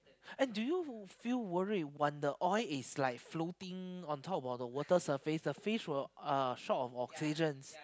and do you feel worry when the oil is like floating on top of the water surface the fish will uh short of oxygen